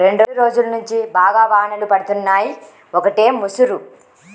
రెండ్రోజుల్నుంచి బాగా వానలు పడుతున్నయ్, ఒకటే ముసురు